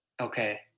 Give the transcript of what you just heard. Okay